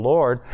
Lord